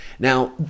Now